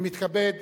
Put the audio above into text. אני מתכבד